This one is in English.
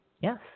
Yes